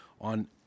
on